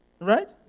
Right